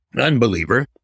unbeliever